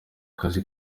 akazi